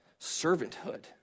servanthood